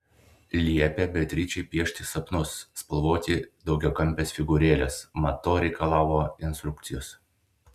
liepė beatričei piešti sapnus spalvoti daugiakampes figūrėles mat to reikalavo instrukcijos